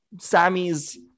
Sammy's